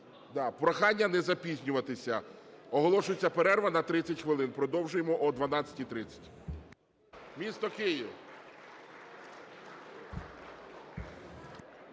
Прохання не запізнюватися. Оголошується перерва на 30 хвилин. Продовжуємо о 12:30. (Після